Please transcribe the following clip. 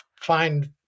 find